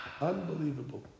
Unbelievable